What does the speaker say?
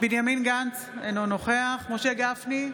בנימין גנץ, אינו נוכח משה גפני,